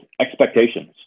expectations